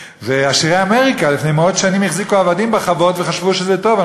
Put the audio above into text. ועשירי אמריקה לפני מאות שנים החזיקו עבדים בחוות וחשבו שזה טוב.